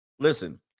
Listen